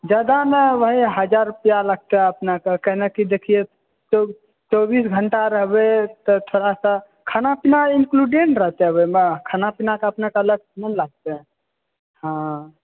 जादा नहि वही हजार रुपआ लगतै अपनेके कने कि देखयैक चौबीस घंटा रहबै तऽ थोड़ा सा खाना पीना इन्क्लूडे ने रहतै ओहिमे खाना पीना के अलग सॅं नहि ने लागतै हॅं